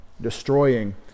destroying